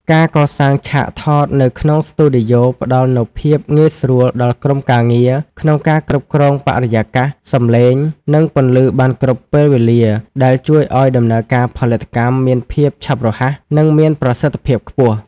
ការកសាងឆាកថតនៅក្នុងស្ទូឌីយ៉ូផ្ដល់នូវភាពងាយស្រួលដល់ក្រុមការងារក្នុងការគ្រប់គ្រងបរិយាកាស សម្លេង និងពន្លឺបានគ្រប់ពេលវេលា ដែលជួយឱ្យដំណើរការផលិតកម្មមានភាពឆាប់រហ័ស និងមានប្រសិទ្ធភាពខ្ពស់។